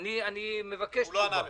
אני אומר לה.